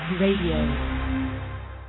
Radio